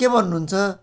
के भन्नु हुन्छ